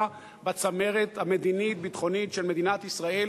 בצמרת המדינית-ביטחונית של מדינת ישראל.